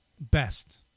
best